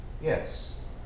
Yes